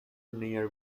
near